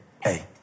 hey